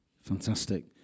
Fantastic